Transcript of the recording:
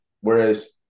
Whereas